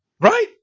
Right